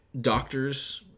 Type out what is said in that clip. doctor's